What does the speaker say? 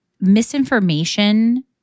misinformation